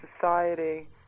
society